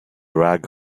rag